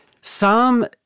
Psalm